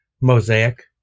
mosaic